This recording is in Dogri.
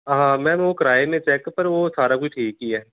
हां मैम ओह् कराए में चैक पर ओह् सारा किश ठीक ही ऐ